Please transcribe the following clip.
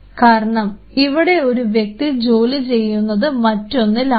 കാരണം ഇവിടെ ഒരു വ്യക്തി ജോലി ചെയ്യുന്നത് മറ്റൊന്നിൽ ആണ്